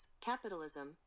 capitalism